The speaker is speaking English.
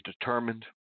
determined